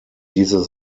diese